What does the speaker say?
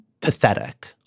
pathetic